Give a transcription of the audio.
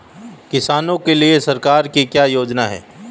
किसानों के लिए सरकार की क्या योजनाएं हैं?